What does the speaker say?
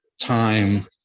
time